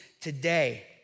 today